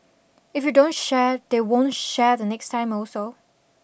if you don't share they won't share next time also